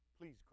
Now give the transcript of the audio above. Please